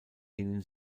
denen